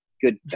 good